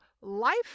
life